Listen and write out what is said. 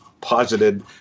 posited